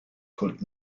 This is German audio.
kult